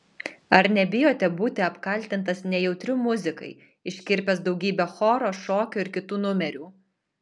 ar nebijote būti apkaltintas nejautriu muzikai iškirpęs daugybę choro šokio ir kitų numerių